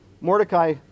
Mordecai